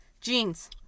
Jeans